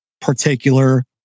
particular